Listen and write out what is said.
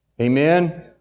Amen